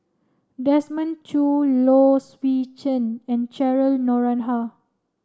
Desmond Choo Low Swee Chen and Cheryl Noronha